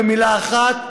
במילה אחת,